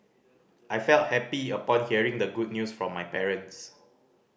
I felt happy upon hearing the good news from my parents